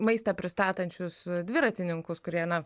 maistą pristatančius dviratininkus kurie na